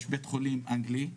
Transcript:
יש בית חולים אנגלי,